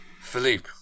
Philippe